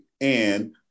and-